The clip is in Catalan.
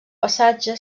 passatge